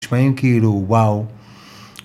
נשמעים כאילו וואו